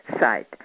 site